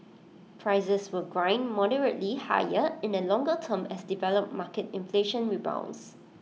prices will grind moderately higher in the longer term as developed market inflation rebounds